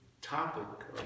Topic